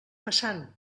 passant